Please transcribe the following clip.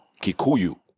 Kikuyu